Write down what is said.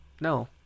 No